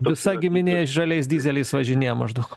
visa giminė žaliais dyzeliais važinėja maždaug